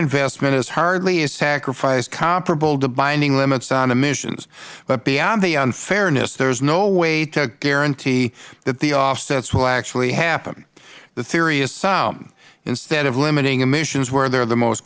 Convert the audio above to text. investment is hardly a sacrifice comparable to binding limits on emissions but beyond the unfairness there is no way to guarantee that the offsets will actually happen the theory is sound instead of limiting emissions where they are the most